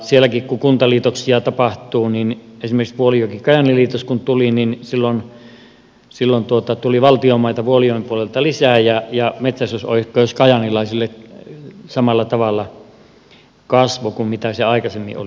sielläkin kun kuntaliitoksia tapahtuu esimerkiksi vuolijokikajaani liitos kun tuli niin silloin tuli valtion maita vuolijoen puolelta lisää ja metsästysoikeus kajaanilaisille samalla tavalla kasvoi siitä mitä se aikaisemmin oli